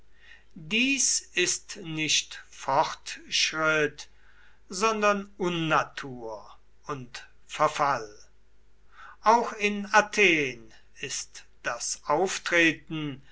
dies ist nicht fortschritt sondern unnatur und verfall auch in athen ist das auftreten